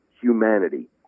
humanity